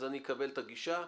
נכון.